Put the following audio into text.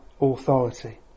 authority